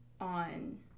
on